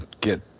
Get